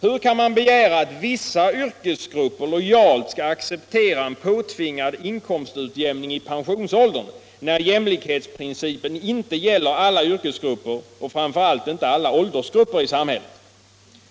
Hur kan man begära att vissa yrkesgrupper lojalt skall acceptera en påtvingad inkomstutjämning i pensionsåldern när jämlikhetsprincipen inte gäller alla yrkesgrupper och — framför allt — inte alla åldersgrupper i samhället?